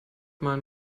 mein